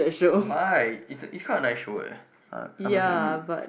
why it's it's quite a nice show eh I must admit